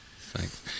Thanks